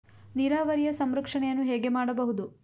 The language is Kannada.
ನೀರಾವರಿಯ ಸಂರಕ್ಷಣೆಯನ್ನು ಹೇಗೆ ಮಾಡಬಹುದು?